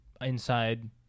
inside